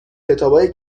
کتابای